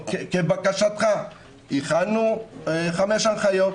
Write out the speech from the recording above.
לבקשתך הכנו חמש הנחיות,